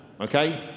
Okay